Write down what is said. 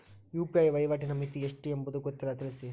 UPI ವಹಿವಾಟಿನ ಮಿತಿ ಎಷ್ಟು ಎಂಬುದು ಗೊತ್ತಿಲ್ಲ? ತಿಳಿಸಿ?